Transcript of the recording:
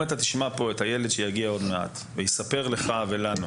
אתה תשמע את הילד שיגיע עוד מעט, ויספר לך ולנו